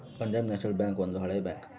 Punjab national bank ಒಂದು ಹಳೆ bank